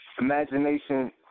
Imagination